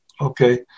Okay